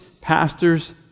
pastors